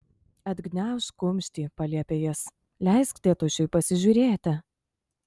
atgniaužk kumštį paliepė jis leisk tėtušiui pasižiūrėti